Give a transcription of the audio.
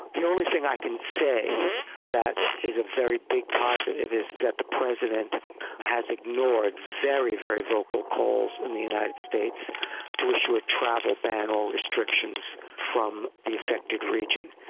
and only thing i can say that is a very big positive is that the president has ignored very, very vocal calls in the united states to issue a travel ban or restrictions from an affected region.